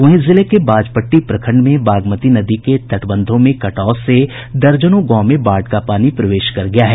वहीं जिले बाजपट्टी प्रखंड में बागमती नदी के तटबंधों में कटाव से दर्जनों गांव में बाढ़ का पानी प्रवेश कर गया है